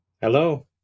Hello